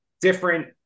different